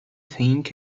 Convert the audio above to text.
thing